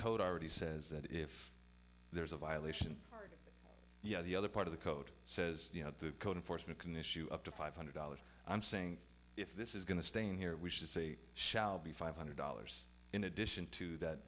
code already says that if there's a violation yet the other part of the code says the out the code enforcement can issue up to five hundred dollars i'm saying if this is going to stain here we should say shall be five hundred dollars in addition to that